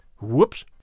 Whoops